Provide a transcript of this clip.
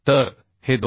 तर हे 206